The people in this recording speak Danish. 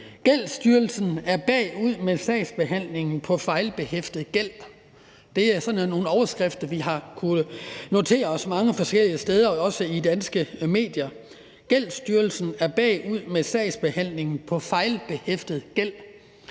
Gældsstyrelsen er bagud med sagsbehandlingen i forhold til fejlbehæftet gæld. Det er sådan nogle overskrifter, vi har kunnet notere os mange forskellige steder, også i danske medier. Gældsstyrelsen er bagud med sagsbehandlingen i forhold til fejlbehæftet gæld.